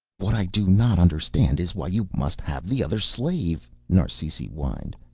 what i do not understand is why you must have the other slave? narsisi whined.